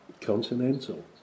Continental